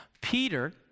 Peter